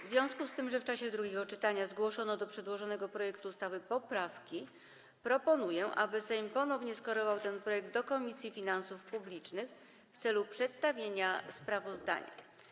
W związku z tym, że w czasie drugiego czytania zgłoszono do przedłożonego projektu ustawy poprawki, proponuję, aby Sejm ponownie skierował ten projekt do Komisji Finansów Publicznych w celu przedstawienia sprawozdania.